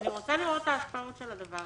אני רוצה לראות את ההשפעות של זה.